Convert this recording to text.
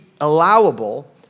allowable